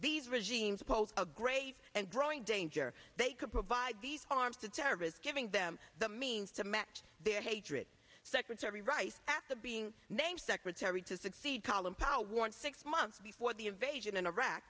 these regimes pose a grave and growing danger they could provide arms to terrorists giving them the means to match their hatred secretary rice after being named secretary to succeed collin powell warned six months before the invasion in iraq